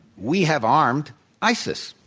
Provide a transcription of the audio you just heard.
we have armed isis.